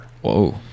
Whoa